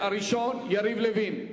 הראשון הוא חבר הכנסת יריב לוין.